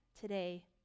today